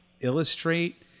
illustrate